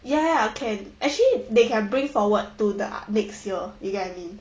ya ya can actually they can bring forward to the ah next year you get what I mean